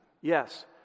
Yes